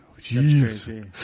jeez